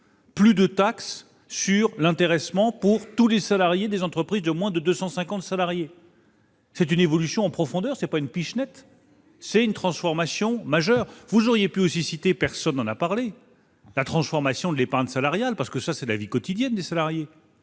plus de taxe sur l'intéressement pour tous les salariés des entreprises de moins de 250 salariés. C'est une évolution en profondeur, ce n'est pas une « pichenette »! C'est la sécu qui paie ? C'est une transformation majeure. Vous auriez également pu évoquer- personne n'en a parlé -, la transformation de l'épargne salariale, car cela concerne la vie quotidienne des salariés.